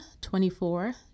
24